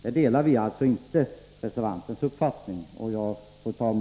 Utskottsmajoriteten delar inte reservantens uppfattning. Fru talman!